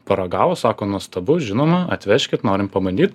paragavo sako nuostabus žinoma atvežkit norim pabandyt